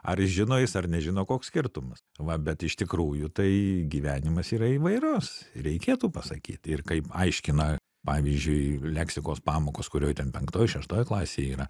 ar žino jis ar nežino koks skirtumas va bet iš tikrųjų tai gyvenimas yra įvairus reikėtų pasakyti ir kaip aiškina pavyzdžiui leksikos pamokos kurio penktoj šeštoj klasėj yra